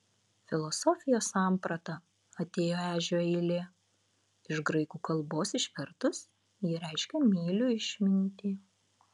filosofijos samprata atėjo ežio eilė iš graikų kalbos išvertus ji reiškia myliu išmintį